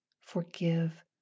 forgive